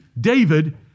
David